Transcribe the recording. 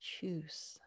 Choose